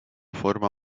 forma